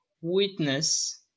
witness